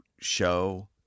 show